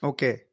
Okay